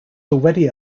already